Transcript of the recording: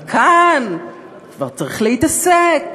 אבל כאן כבר צריך להתעסק